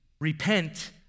repent